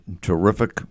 terrific